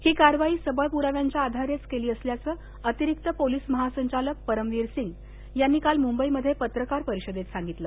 ही कारवाई सबळ पुराव्यांच्या आधारेच केली असल्याचं अतिरिक्त पोलिस महासंचालक परमवीर सिंग यांनी काल मुंबईमध्ये पत्रकार परिषदेत सांगितलं